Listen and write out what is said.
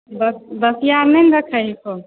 बस बसिआ नहि ने रखै हिको